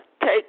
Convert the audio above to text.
take